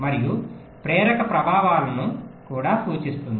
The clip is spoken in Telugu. మరియు ప్రేరక ప్రభావాలను కూడా సూచిస్తుంది